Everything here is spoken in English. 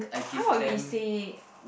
how about we say